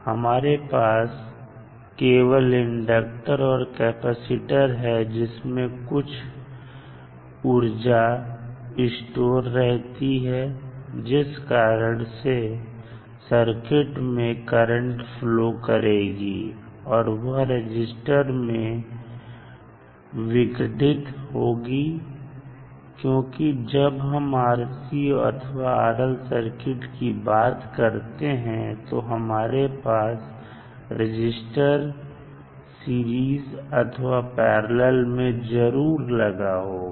हमारे पास केवल इंडक्टर और कैपेसिटर है जिसमें कुछ ऊर्जा स्टोर रहती है जिस कारण से सर्किट में करंट फ्लो करेगी और वह रजिस्टर में विघटित होगी क्योंकि जब हम RC अथवा RL सर्किट की बात करते हैं तो हमारे पास रजिस्टर सीरीज अथवा पैरलल में जरूर लगा होगा